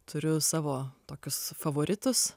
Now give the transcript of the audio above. turiu savo tokius favoritus